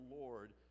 Lord